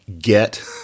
get